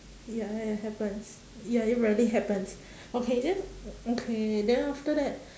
ya ya it happens ya it really happens okay then okay then after that